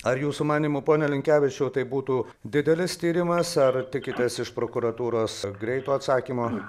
ar jūsų manymu pone linkevičiau tai būtų didelis tyrimas ar tikitės iš prokuratūros greito atsakymo